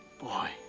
Boy